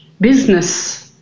business